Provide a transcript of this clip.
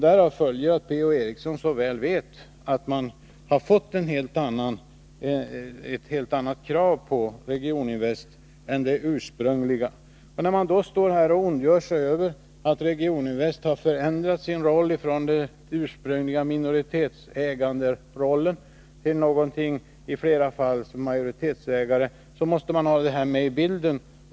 Därav följer att Per-Ola Eriksson mycket väl måste veta att det på Regioninvest nu ställs helt andra krav än de ursprungliga. När man står här och ondgör sig över att Regioninvest har förändrat sin roll från den ursprungliga minoritetsäganderollen till en i flera fall majoritetsäganderoll, måste man ha detta med i bilden.